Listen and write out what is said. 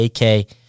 AK